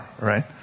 right